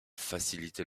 faciliter